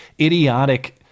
idiotic